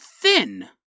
thin